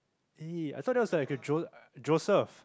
hey I thought there's like a Jo~ Joseph